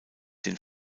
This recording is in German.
den